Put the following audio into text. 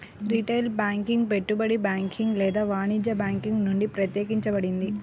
retail banking పెట్టుబడి banking లేదా వాణిజ్య బ్యాంకింగ్ నుండి ప్రత్యేకించబడింది